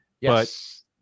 Yes